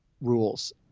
rules